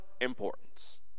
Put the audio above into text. importance